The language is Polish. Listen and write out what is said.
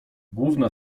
główna